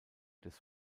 des